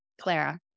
Clara